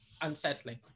unsettling